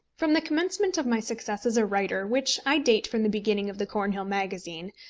from the commencement of my success as a writer, which i date from the beginning of the cornhill magazine,